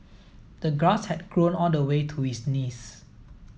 the grass had grown all the way to his knees